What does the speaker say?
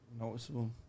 noticeable